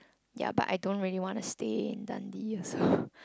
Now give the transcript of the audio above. ya but I don't really want to stay in Dundee also